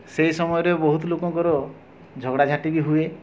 ସେହି ସମୟରେ ବହୁତ ଲୋକଙ୍କର ଝଗଡ଼ାଝାଟି ବି ହୁଏ